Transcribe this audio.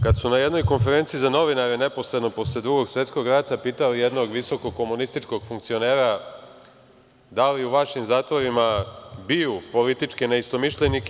Kada su na jednoj konferenciji za novinare neposredno posle Drugog svetskog rata pitali jednog visokog komunističkog funkcionera, da li u vašim zatvorima biju političke neistomišljenike.